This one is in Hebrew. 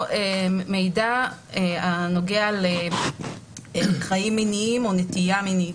מידע הנוגע לחיים מיניים או נטייה מינית,